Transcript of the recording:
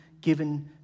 given